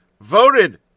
voted